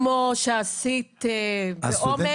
כמו שעשית באומץ,